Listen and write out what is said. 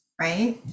Right